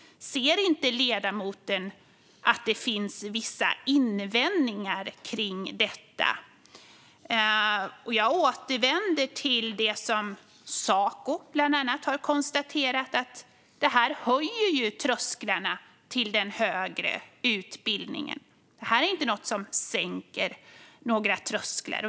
Ser inte ledamoten att det finns vissa invändningar kring detta? Jag återkommer till det som bland andra Saco har konstaterat, nämligen att detta ju höjer trösklarna till den högre utbildningen. Detta är inget som sänker några trösklar.